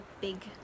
big